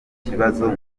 kibazo